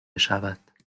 شود